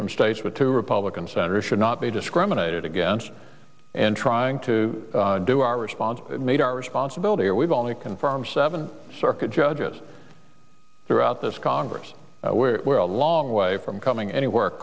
from states with two republican senators should not be discriminated against and trying to do our response made our responsibility or we've only confirm seven circuit judges throughout this congress where we're a long way from coming anywhere